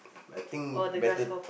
I think better